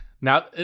Now